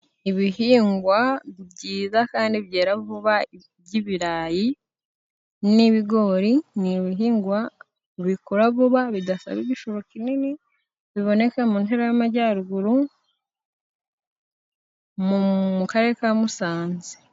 Ibihingwa byiza kandi byera vuba by'ibirayi n'ibigori, ni ibihingwa bikura vuba bidasaba igishoro kinini, biboneka mu ntara y'Amajyaruguru, mu Karere ka Musanze.